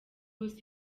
ubusa